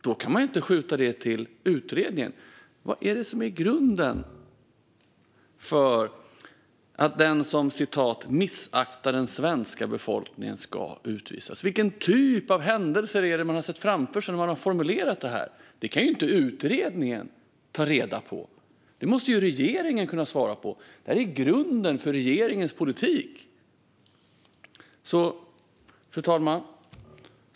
Då kan hon ju inte skjuta detta till utredningen. Vad är det som är grunden för att den som missaktar den svenska befolkningen ska utvisas? Vilken typ av händelser är det som man har sett framför sig när man har formulerat det här? Det kan inte utredningen ta reda på, utan det måste regeringen kunna svara på. Detta är grunden för regeringens politik. Fru talman!